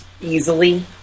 easily